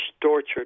tortured